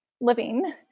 living